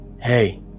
Hey